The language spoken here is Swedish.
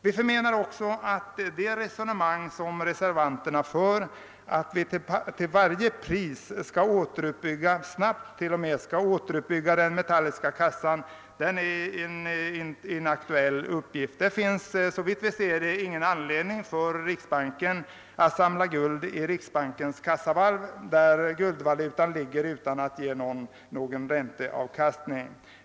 Vi anser också att det resonemang som reservanterna för, nämligen att vi till varje pris snabbt skall återuppbygga den metalliska kassan, är inaktuellt. Det finns, såvitt vi kan se, ingen anledning för riksbanken att samla guld i kassavalvet, där guldvalutan ligger utan att ge någon ränteavkastning.